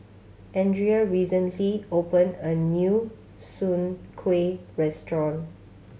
Andrea recently opened a new Soon Kueh restaurant